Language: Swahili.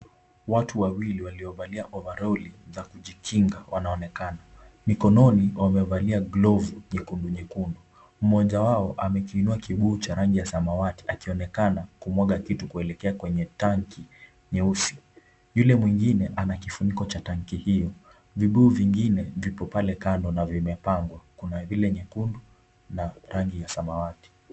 Watu wawili waliovalia ovaroli za kujikinga wanaonekana. Mikononi wamevalia glovu nyekundu nyekundu. Mmoja wao amekiinua kibuyu cha rangi ya samawati akionekana kumwaga kitu kuelekea kwenye tanki nyeusi. Yule mwingine ana kifuniko cha tanki hiyo. Vibuyu vingine vipo pale kando na vimepangwa. Kuna vile nyekundu na rangi ya samawati.